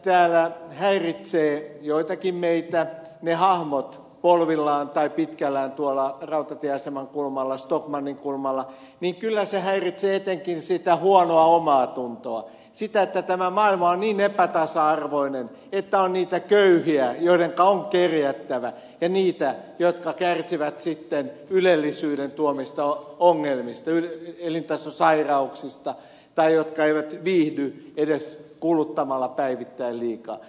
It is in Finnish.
kun täällä häiritsevät joitakin meitä ne hahmot polvillaan tai pitkällään tuolla rautatieaseman kulmalla stockmannin kulmalla niin kyllä he häiritsevät etenkin sitä huonoa omaatuntoa sitä että tämä maailma on niin epätasa arvoinen että on niitä köyhiä joiden on kerjättävä ja niitä jotka kärsivät ylellisyyden tuomista ongelmista elintasosairauksista tai jotka eivät viihdy edes kuluttamalla päivittäin liikaa